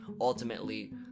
ultimately